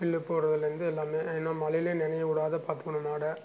புல்லு போடுறதுல இருந்து எல்லாமே ஏன்னா மழைலே நனைய விடாத பார்த்துக்குணும் மாடை